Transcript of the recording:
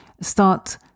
start